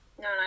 No